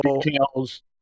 details